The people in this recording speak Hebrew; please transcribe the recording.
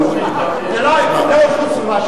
זה לא איכות סביבה,